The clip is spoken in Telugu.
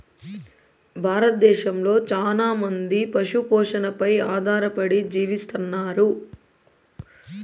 భారతదేశంలో చానా మంది పశు పోషణపై ఆధారపడి జీవిస్తన్నారు